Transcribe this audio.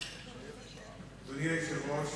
תודה.